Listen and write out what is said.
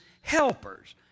helpers